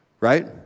right